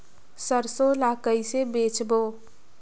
सरसो ला कइसे बेचबो?